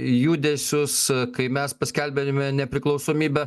judesius kai mes paskelbėme nepriklausomybę